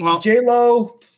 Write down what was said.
J-Lo